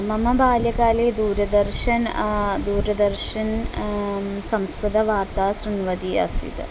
मम बाल्यकाले दूरदर्शनं दूरदर्शनं संस्कृतवार्ता शृण्वती आसीत्